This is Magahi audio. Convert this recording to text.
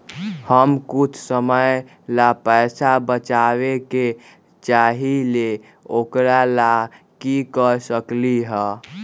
हम कुछ समय ला पैसा बचाबे के चाहईले ओकरा ला की कर सकली ह?